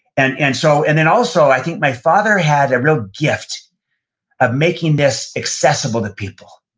and and so and then also, i think my father had a real gift of making this accessible to people,